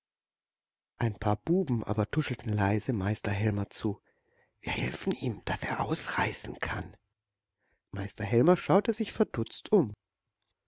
ein paar buben aber tuschelten leise meister helmer zu wir helfen ihm daß er ausreißen kann meister helmer schaute sich verdutzt um